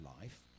life